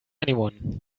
anyone